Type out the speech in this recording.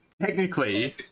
technically